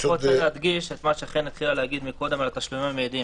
אני רק רוצה להדגיש את מה שחן התחילה לומר קודם על התשלומים המיידים,